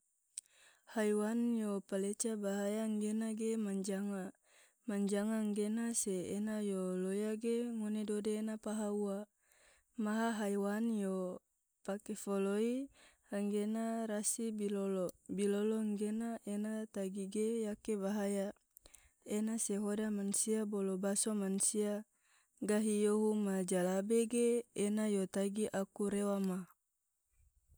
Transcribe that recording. haiwan yo paleca bahaya nggena ge manjanga, manjanga nggena se ena yo loya ge ngone dode ena paha ua, maha haiwan yo pake foloi hanggena rasi bilolo, bilolo nggena ena tagi ge yake bahaya ena sehoda mansia bolo baso mansia gahi yohu majalabe ge ena yo tagi akurewa ma.